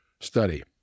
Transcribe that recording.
study